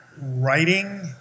writing